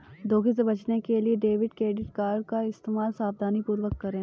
धोखे से बचने के लिए डेबिट क्रेडिट कार्ड का इस्तेमाल सावधानीपूर्वक करें